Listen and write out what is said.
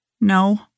No